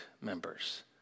members